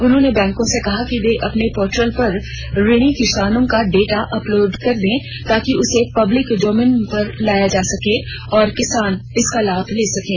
उन्होंने बैंकों से कहा कि वे अपने पोर्टल पर ऋणी किसानों का डेटा अपलोड कर दें ताकि उसे पब्लिक डोमेन में लाया जाय सके और किसान इसका लाभ ले सकें